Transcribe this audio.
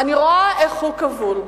רואה איך הוא כבול,